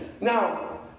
now